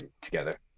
together